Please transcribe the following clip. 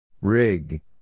Rig